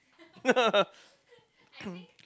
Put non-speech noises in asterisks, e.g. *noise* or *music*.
*laughs* *coughs*